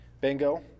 Bingo